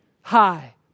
high